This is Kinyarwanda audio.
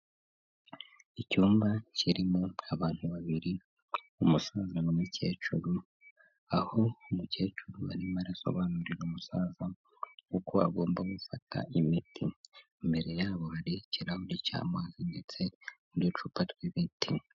Icyumba kirimo abantu babiri, umusaza n'umukecuru, aho umukecuru arimo arasobanurira umusaza, uko agomba gufata imiti. Imbere yabo hari ikirahure cy'amazi ndetse n'uducupa tw'imiti.